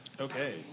Okay